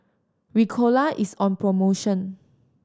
Ricola is on promotion